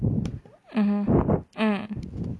(uh huh)